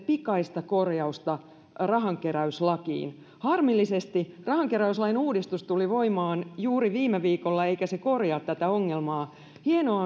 pikaista korjausta rahankeräyslakiin harmillisesti rahankeräyslain uudistus tuli voimaan juuri viime viikolla eikä se korjaa tätä ongelmaa hienoa